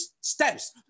steps